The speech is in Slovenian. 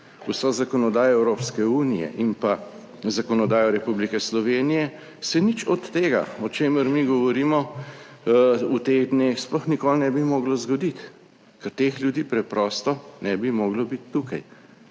vso zakonodajo Evropske unije in pa zakonodajo Republike Slovenije se nič od tega, o čemer mi govorimo v teh dneh, sploh nikoli ne bi moglo zgoditi, ker teh ljudi preprosto ne bi moglo biti tukaj.